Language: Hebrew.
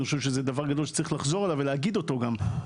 אני חושב שזה דבר גדול שצריך לחזור עליו ולהגיד אותו גם.